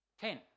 Ten